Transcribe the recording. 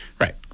Right